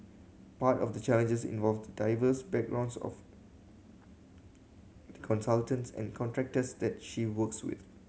part of the challenges involved the diverse backgrounds of the consultants and contractors that she works with